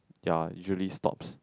ya usually stops